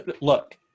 look